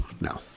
No